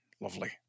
Lovely